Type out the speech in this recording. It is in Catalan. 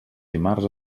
dimarts